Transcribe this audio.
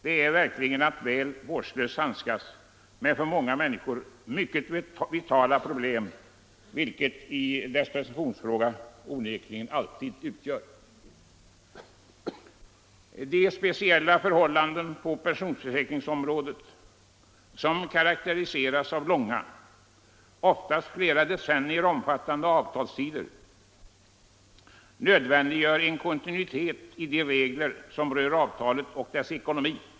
Det är verkligen att väl vårdslöst handskas med ett för många människor vitalt problem, vilket deras pensioneringsfråga onekligen alltid utgör. De speciella förhållanden på personförsäkringsområdet som karakte riseras av långa, oftast flera decennier omfattande avtalstider nödvändiggör en kontinuitet i de regler som rör avtalet och dess ekonomi.